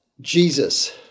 Jesus